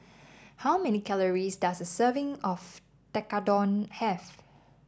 how many calories does a serving of Tekkadon have